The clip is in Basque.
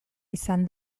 izan